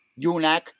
UNAC